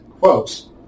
quotes